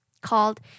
called